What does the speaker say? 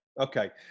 okay